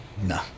No